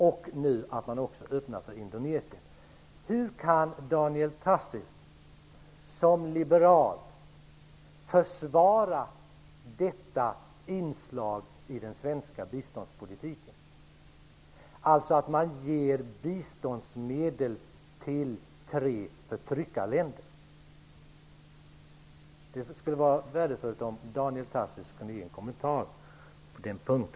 Nu öppnar man också möjligheterna för Indonesien. Hur kan Daniel Tarschys som liberal försvara detta inslag i den svenska biståndspolitiken, dvs. att man ger biståndsmedel till tre förtryckarländer? Det skulle vara värdefullt om Daniel Tarschys kunde ge en kommentar till det också.